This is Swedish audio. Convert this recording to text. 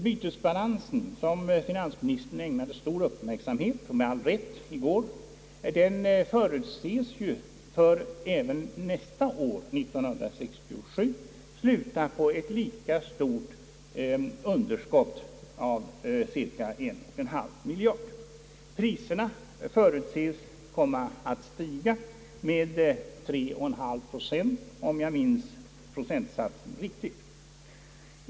Bytesbalansen som finansministern ägnade stor uppmärksamhet — med all rätt — i går, förutses ju även för nästa år, alltså år 1967, sluta på ett lika stort underskott, av cirka 1,5 miljard kronor. Priserna förutses komma att stiga med 3,5 procent, om jag minns procentsatsen rätt.